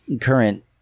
current